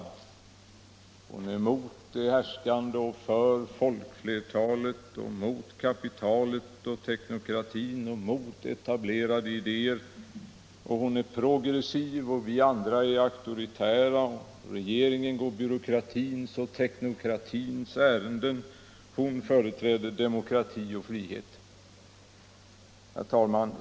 Fru Lantz är emot de härskande och för folkflertalet, och mot kapitalet, teknokratin och de etablerade idéerna, och hon är progressiv. Vi andra är auktoritära, och regeringen går byråkratins och teknokratins ärenden. Fru Lantz företräder demokrati och frihet.